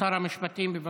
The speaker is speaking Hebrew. שר המשפטים, בבקשה.